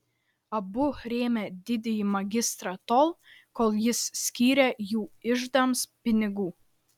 abu rėmė didįjį magistrą tol kol jis skyrė jų iždams pinigų